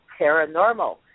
paranormal